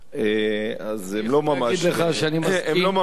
אז הם לא ממש,